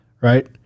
Right